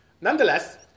nonetheless